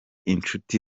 inshuti